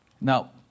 Now